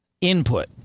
input